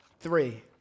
Three